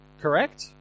Correct